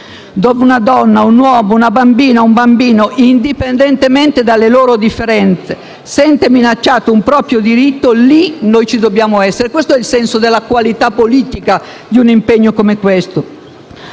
dove una donna, un uomo, una bambina o un bambino, indipendentemente dalle loro differenze, sente minacciato un proprio diritto, lì ci dobbiamo essere. Questo è il senso della qualità politica di un impegno come questo.